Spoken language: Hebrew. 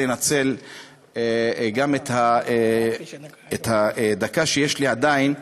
לנצל גם את הדקה שיש לי עדיין,